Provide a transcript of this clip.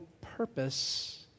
purpose